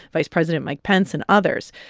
vice president mike pence and others.